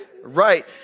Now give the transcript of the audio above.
Right